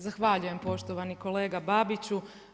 Zahvaljujem poštovani kolega Babiću.